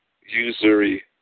usury